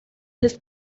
his